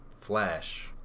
Flash